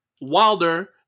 Wilder